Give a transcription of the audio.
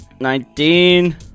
Nineteen